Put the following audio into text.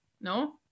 no